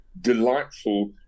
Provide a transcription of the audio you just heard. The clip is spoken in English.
delightful